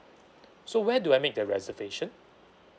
so where do I make the reservation